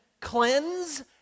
cleanse